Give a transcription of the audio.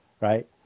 Right